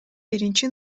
биринчи